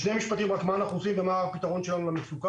בשני משפטים אומר מה אנחנו עושים ומה הפתרון שלנו למצוקה.